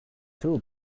two